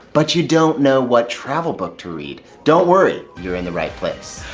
but you don't know what travel book to read. don't worry. you're in the right place.